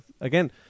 again